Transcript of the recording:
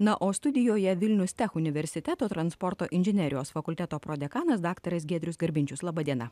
na o studijoje vilnius tech universiteto transporto inžinerijos fakulteto prodekanas daktaras giedrius garbinčius laba diena